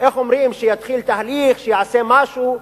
איך אומרים, כדי שיתחיל תהליך, שיעשה משהו,